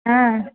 ହଁ